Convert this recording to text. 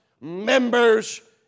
members